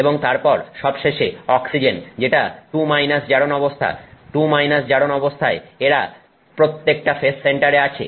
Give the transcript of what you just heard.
এবং তারপর সবশেষে অক্সিজেন যেটা 2 জারণ অবস্থা 2 জারণ অবস্থায় এরা প্রত্যেকটা ফেস সেন্টার এ আছে